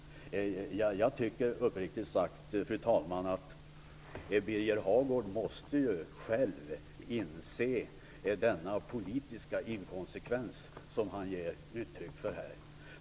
Uppriktigt sagt, tycker jag att Birger Hagård själv måste inse den politiska inkonsekvens som han här ger uttryck för.